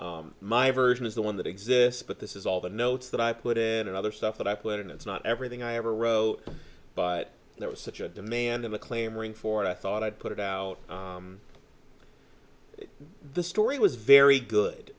is the one that exists but this is all the notes that i put in and other stuff that i put in it's not everything i ever wrote but there was such a demand of acclaim ring for it i thought i'd put it out the story was very good